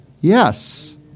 Yes